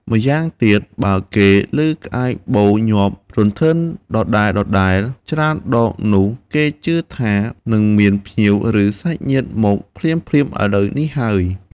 ម្យ៉ាងទៀត បើគេឮក្អែកបូលញាប់រន្ថើនដដែលៗច្រើនដងនោះ គេជឿថា នឹងមានភ្ញៀវ ឬសាច់ញាតិមកភ្លាមៗឥឡូវនេះហើយ។